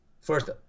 First